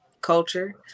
culture